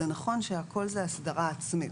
זה נכון שהכול זה הסדרה עצמית.